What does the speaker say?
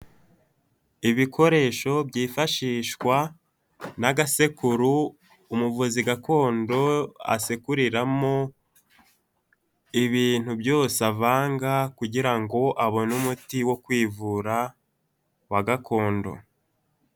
Ibikoresho byifashishwa n'agasekuru, umuvuzi gakondo asekuriramo ibintu byose avanga kugira ngo abone umuti wo kwivura wa gakondo.